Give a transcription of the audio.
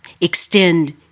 extend